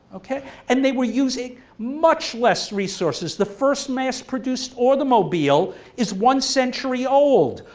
okay, and they were using much less resources. the first mass-produced automobile is one century old.